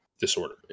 disorder